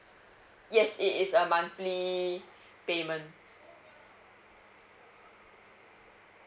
yes it is a monthly payment